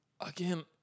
Again